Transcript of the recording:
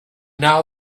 now